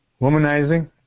Womanizing